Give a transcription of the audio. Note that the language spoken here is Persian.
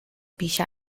بیش